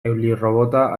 eulirrobota